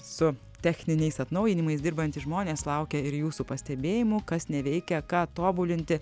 su techniniais atnaujinimais dirbantys žmonės laukia ir jūsų pastebėjimų kas neveikia ką tobulinti